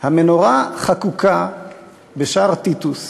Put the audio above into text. המנורה חקוקה בשער טיטוס